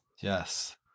Yes